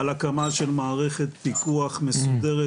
על הקמה של מערכת פיקוח מסודרת